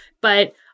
but-